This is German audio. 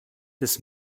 des